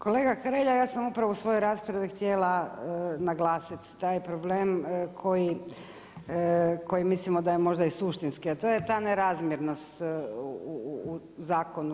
Kolega Hrelja, ja sam upravo u svojoj raspravi htjela naglasit taj problem koji mislimo da je možda i suštinski, a to je ta nerazmjernost u zakonu.